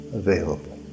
available